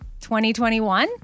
2021